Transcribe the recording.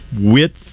width